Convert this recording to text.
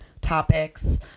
topics